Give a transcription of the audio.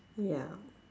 ya